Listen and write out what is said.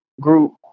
group